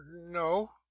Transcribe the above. No